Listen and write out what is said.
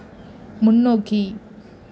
முன்னோக்கி